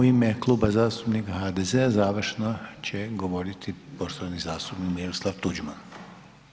U ime Kluba zastupnika HDZ-a završno će govoriti poštovani zastupnik Miroslav Tuđman.